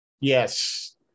Yes